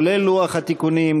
כולל לוח התיקונים,